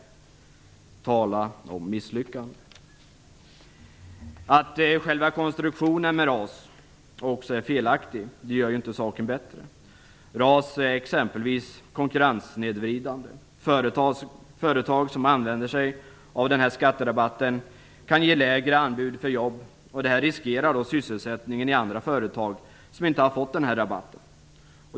Tala om misslyckande! Att själva konstruktionen med RAS också är felaktig gör ju inte saken bättre. RAS är t.ex. konkurrenssnedvridande. Företag som använder sig av den här skatterabatten kan ge lägre anbud på jobb. Det riskerar sysselsättningen i andra företag som inte har fått den här rabatten.